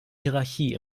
hierarchie